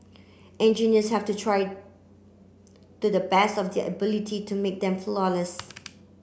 engineers have to try to the best of their ability to make them flawless